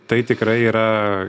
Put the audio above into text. tai tikrai yra